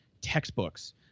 textbooks